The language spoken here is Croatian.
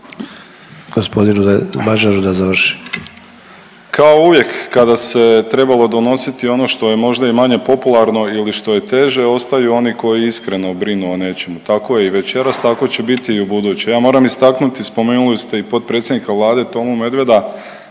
gospodinu Mažaru da završi./… Kao uvijek kada se trebalo donositi ono što je možda i manje popularno i što je teže ostaju oni koji iskreno brinu o nečemu. Tako je i večera, tako će biti i u buduće. Ja moram istaknuti, spomenuli ste i potpredsjednika Vlade Tomu Medveda,